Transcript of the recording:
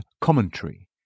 Commentary